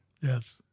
Yes